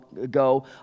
ago